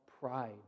pride